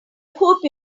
hope